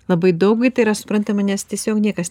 labai daug ir tai yra suprantama nes tiesiog niekas